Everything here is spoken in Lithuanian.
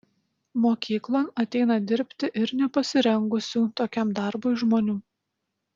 mokyklon ateina dirbti ir nepasirengusių tokiam darbui žmonių